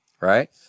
Right